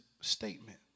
statement